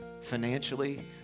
financially